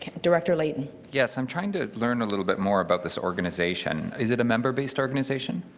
ah director layton. yes, i'm trying to learn a little bit more about this organization. is it a member-based organization?